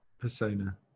persona